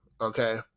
Okay